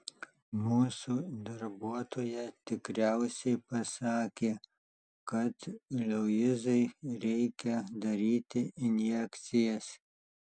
mūsų darbuotoja tikriausiai pasakė kad luizai reikia daryti injekcijas